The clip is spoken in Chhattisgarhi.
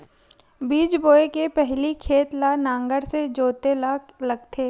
बीज बोय के पहिली खेत ल नांगर से जोतेल लगथे?